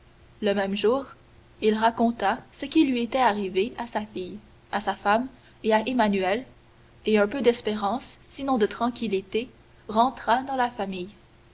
le même jour il raconta ce qui lui était arrivé à sa fille à sa femme et à emmanuel et un peu d'espérance sinon de tranquillité rentra dans la famille